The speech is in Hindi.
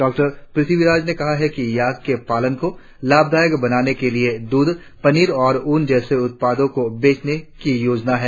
डॉक्टर पृथ्वीराज ने कहा कि याक के पालन को लाभदायक बनाने के लिए द्रध पनीर और ऊन जैसे उत्पादों को बेचने की योजना है